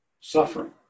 suffering